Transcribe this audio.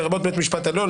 לרבות בית משפט עליון,